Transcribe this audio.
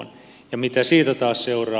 ja mitä siitä taas seuraa